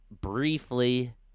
briefly –